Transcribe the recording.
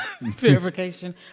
verification